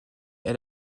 elle